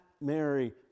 Mary